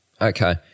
Okay